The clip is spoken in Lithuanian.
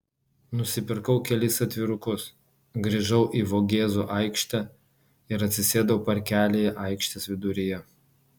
nusipirkau kelis atvirukus grįžau į vogėzų aikštę ir atsisėdau parkelyje aikštės viduryje